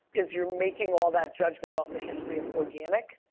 is you're making all that judgment off the history of organic,